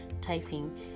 typing